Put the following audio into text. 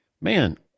man